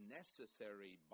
necessary